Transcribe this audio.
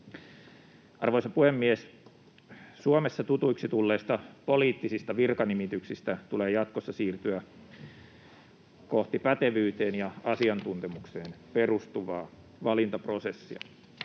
Arvoisa puhemies! Suomessa tutuiksi tulleista poliittisista virkanimityksistä tulee jatkossa siirtyä kohti pätevyyteen ja asiantuntemukseen perustuvaa valintaprosessia.